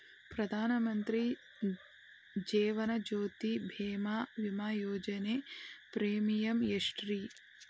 ಪ್ರಧಾನ ಮಂತ್ರಿ ಜೇವನ ಜ್ಯೋತಿ ಭೇಮಾ, ವಿಮಾ ಯೋಜನೆ ಪ್ರೇಮಿಯಂ ಎಷ್ಟ್ರಿ?